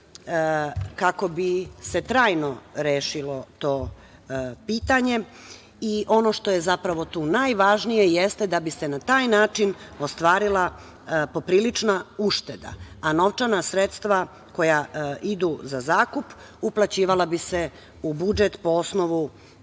kako bi se trajno rešilo to pitanje. Ono što je zapravo tu najvažnije jeste da bi se na taj način ostvarila poprilična ušteda, a novčana sredstva koja idu za zakup uplaćivala bi se u budžet, po osnovu